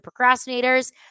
procrastinators